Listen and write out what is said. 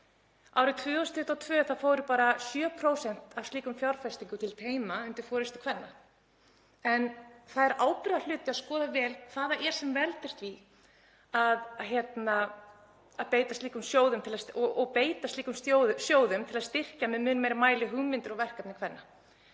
Árið 2022 fóru bara 7% af slíkum fjárfestingum til teyma undir forystu kvenna. Það er ábyrgðarhluti að skoða vel hvað það er sem veldur því og beita slíkum sjóðum til að styrkja í mun meiri mæli hugmyndir og verkefni kvenna.